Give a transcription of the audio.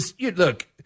Look